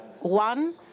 one